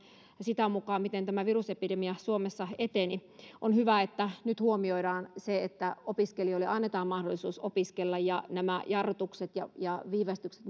sitä mukaa miten tämä virusepidemia suomessa eteni on hyvä että nyt huomioidaan se jotta opiskelijoille annetaan mahdollisuus opiskella ja nämä jarrutukset ja ja viivästykset